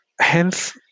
Hence